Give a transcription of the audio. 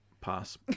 Pass